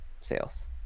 sales